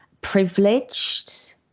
privileged